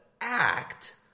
act